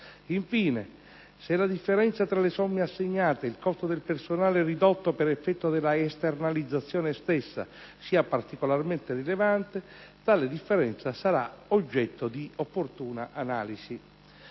Infine, se la differenza tra le somme assegnate e il costo del personale ridotto per effetto della esternalizzazione stessa sia particolarmente rilevante, tale differenza sarà oggetto di opportuna analisi.